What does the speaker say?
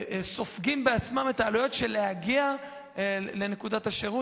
סופגים את העלויות של להגיע לנקודת השירות.